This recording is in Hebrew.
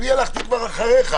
אני הלכתי אחריך.